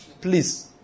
Please